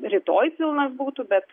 rytoj pilnas būtų bet